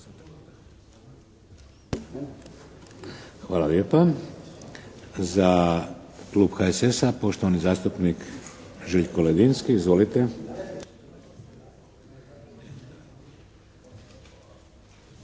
Hvala lijepa. Za Klub HSS-a poštovani zastupnik Željko Ledinski. Izvolite.